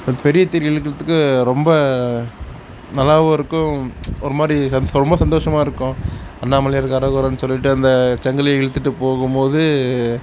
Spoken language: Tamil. பெரிய தேர் இழுக்கிருதுக்கு ரொம்ப நல்லாவூமிருக்கும் ஒருமாதிரி ரொம்ப சந்தோஷமாகருக்கும் அண்ணாமலையாருக்கு அரோகரான்னு சொல்லிகிட்டு அந்த சங்கிலியை இழுத்துகிட்டு போகும்போது